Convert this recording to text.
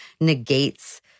negates